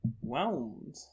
whelmed